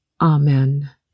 Amen